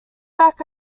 back